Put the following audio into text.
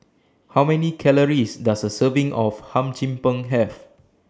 How Many Calories Does A Serving of Hum Chim Peng Have